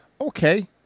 Okay